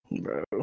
Bro